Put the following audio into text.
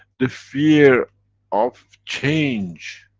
the fear of change,